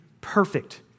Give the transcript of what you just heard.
perfect